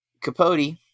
capote